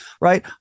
right